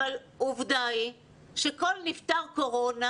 אבל עובדה היא שכל נפטר קורונה,